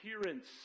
appearance